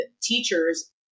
teachers